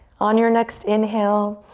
on your next inhale,